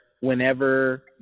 whenever